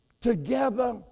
together